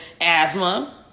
asthma